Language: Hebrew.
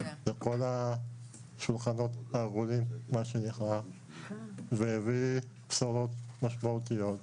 בכל השולחנות העגולים והוא הביא בשורות משמעותיות.